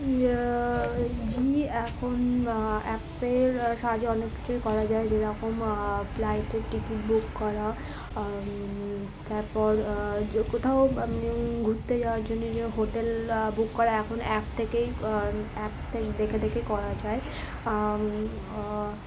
জি এখন অ্যাপের সাহায্য অনেক কিছুই করা যায় যেরকম ফ্লাইটের টিকিট বুক করা তারপর কোথাও মানে ঘুরতে যাওয়ার জন্য যে হোটেল বুক করা এখন অ্যাপ থেকেই অ্যাপ থেকে দেখে দেখেই করা যায়